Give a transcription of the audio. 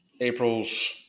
April's